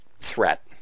threat